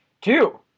Two